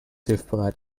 hilfsbereit